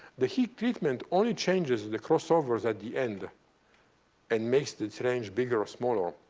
the heat treatment only changes the crossovers at the end and makes this range bigger or smaller.